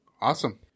Awesome